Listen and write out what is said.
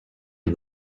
you